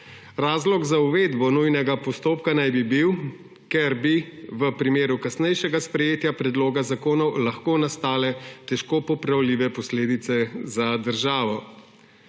Razlog za uvedbo nujnega postopka naj bi bil, da bi v primeru kasnejšega sprejetja predloga zakona lahko nastale težko popravljive posledice za državo.